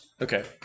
Okay